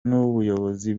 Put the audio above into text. n’ubuyobozi